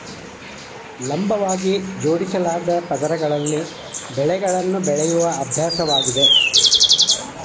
ಲಂಬವಾಗಿ ಜೋಡಿಸಲಾದ ಪದರಗಳಲ್ಲಿ ಬೆಳೆಗಳನ್ನು ಬೆಳೆಯುವ ಅಭ್ಯಾಸವಾಗಿದೆ